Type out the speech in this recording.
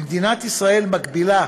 במדינת ישראל מקבילה,